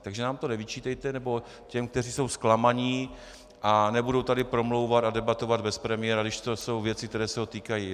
Takže nám to nevyčítejte, nebo těm, kteří jsou zklamaní a nebudou tady promlouvat a debatovat bez premiéra, když jsou to věci, které se ho týkají.